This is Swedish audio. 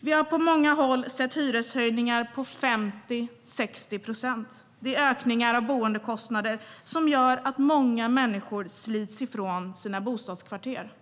Vi har på många håll sett hyreshöjningar på 50-60 procent. Det är ökningar av boendekostnader som gör att många människor slits ifrån sina bostadskvarter.